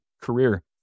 career